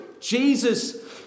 Jesus